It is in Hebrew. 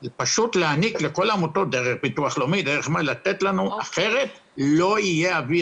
להעניק לכל העמותות אחרת לא יהיה אוויר.